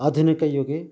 आधुनिकयुगे